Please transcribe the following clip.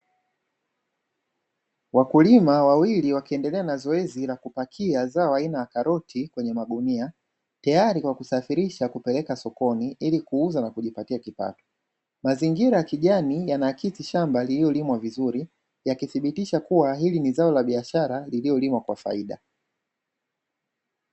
Wakulima wawili wakiendelea na zoezi la kupakia zao la karoti kwenye magunia, tayari Kwa kusafirishwa kupelekwa sokoni ili kuuza na kijipatia kipato. Mazingira ya kijani yana yanaashiria kwamba shamba lililolimwa vizuri yakithibitisha kuwa ni zao la biashara lililolimwa kwa faida.